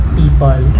people